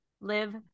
live